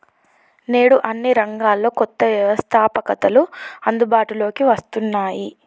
నేడు అన్ని రంగాల్లో కొత్త వ్యవస్తాపకతలు అందుబాటులోకి వస్తున్నాయి